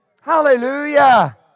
Hallelujah